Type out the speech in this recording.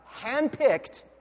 handpicked